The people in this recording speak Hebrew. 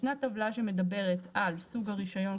ישנה טבלה שמדברת על סוג הרישיון,